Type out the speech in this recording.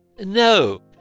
No